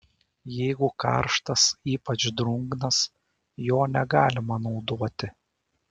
jeigu karštas ypač drungnas jo negalima naudoti